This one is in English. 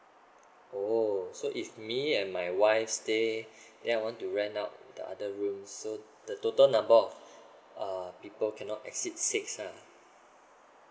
oh so if me and my wife stay then I want to rent out the other room so the total number uh people cannot exceed six lah